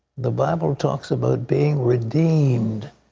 the bible talks about being redeemed.